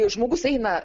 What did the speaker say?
žmogus eina